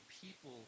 people